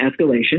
escalation